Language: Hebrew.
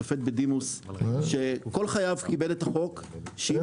שופט בדימוס שכל חייו כיבד את החוק שאם